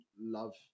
love